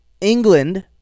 England